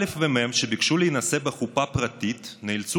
א' ומ' שביקשו להינשא בחופה פרטית נאלצו